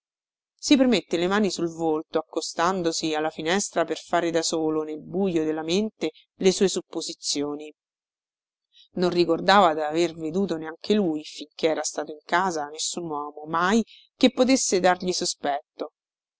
si premette le mani sul volto accostandosi alla finestra per fare da solo nel bujo della mente le sue supposizioni non ricordava daver veduto neanche lui finché era stato in casa nessun uomo mai che potesse dargli sospetto